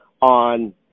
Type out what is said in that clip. on